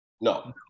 No